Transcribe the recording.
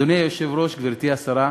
אדוני היושב-ראש, גברתי השרה,